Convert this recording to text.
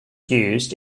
used